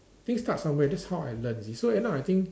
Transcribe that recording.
things start somewhere that's how I learn you see so end up I think